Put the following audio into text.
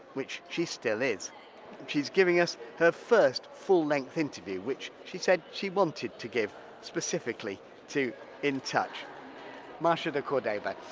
which she still is she's giving us her first full length interview which she said she wanted to give specifically to in touch marsha de cordova,